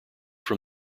from